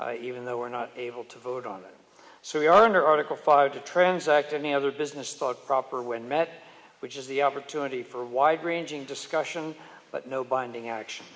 even though we're not able to vote on it so we are under article five to transact any other business thought proper when met which is the opportunity for a wide ranging discussion but no binding action